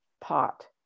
pot